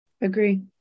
Agree